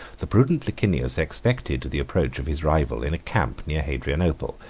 the prudent licinius expected the approach of his rival in a camp near hadrianople,